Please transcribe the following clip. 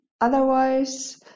otherwise